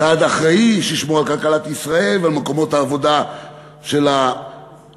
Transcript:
צעד אחראי שישמור על כלכלת ישראל ועל מקומות העבודה של האזרחים,